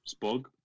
Spog